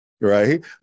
right